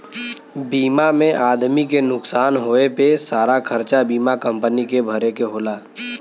बीमा में आदमी के नुकसान होए पे सारा खरचा बीमा कम्पनी के भरे के होला